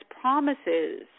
promises